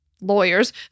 lawyers